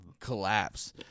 collapse